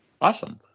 awesome